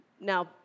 Now